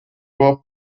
river